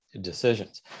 decisions